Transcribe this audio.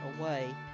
away